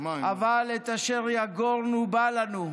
אבל את אשר יגורנו בא לנו.